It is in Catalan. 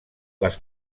les